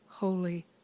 Holy